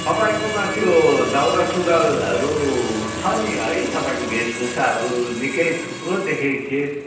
तपाईँकोमा त्यो दौरासुरुवालहरू छ नि है तपाईँको भेषभूषाहरू निकै थुप्रो देखेको थिएँ